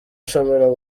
ashobora